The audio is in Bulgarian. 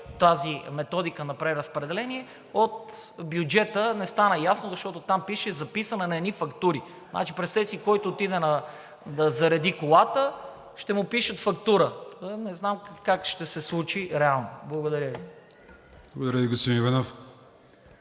тази методика на преразпределение от бюджета не стана ясно, защото там пише: записване на едни фактури. Значи, представете си, който отиде да зареди колата, ще му пишат фактура?! Не знам как ще се случи реално. Благодаря Ви. ПРЕДСЕДАТЕЛ АТАНАС